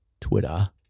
Twitter